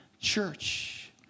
Church